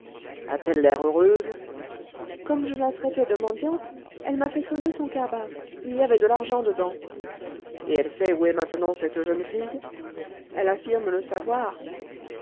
a-t-elle l'air heureuse comme je la traitais de mendiante elle m'a fait sonner son cabas il y avait de l'argent dedans et elle sait où est maintenant cette jeune fille elle affirme le savoir